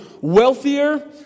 wealthier